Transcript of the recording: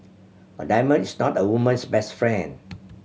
a diamond is not a woman's best friend